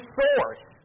source